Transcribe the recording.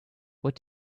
what